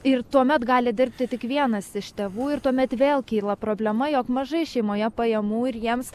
ir tuomet gali dirbti tik vienas iš tėvų ir tuomet vėl kyla problema jog mažai šeimoje pajamų ir jiems